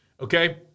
Okay